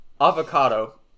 Avocado